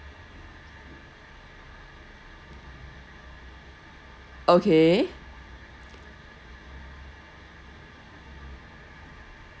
okay